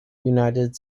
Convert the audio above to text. united